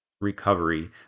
recovery